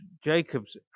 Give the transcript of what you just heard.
Jacobs